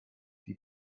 die